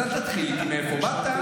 אז אל תתחיל איתי: מאיפה באת,